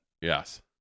yes